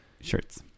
shirts